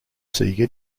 sega